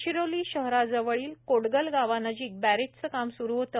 गडचिरोली शहराजवळील कोटगल गावानजीक बप्रेजचे काम सुरू होते